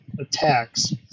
attacks